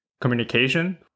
communication